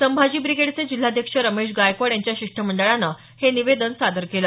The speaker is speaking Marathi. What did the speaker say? संभाजी ब्रिगेडचे जिल्हाध्यक्ष रमेश गायकवाड यांच्या शिष्टमंडळानं हे निवेदन सादर केलं